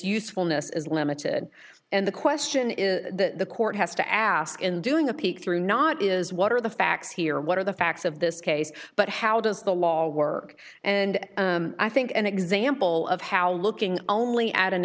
usefulness is limited and the question is the court has to ask in doing a peek through not is what are the facts here what are the facts of this case but how does the law work and i think an example of how looking only at an